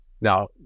Now